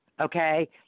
Okay